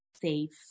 safe